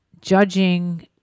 judging